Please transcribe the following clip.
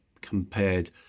compared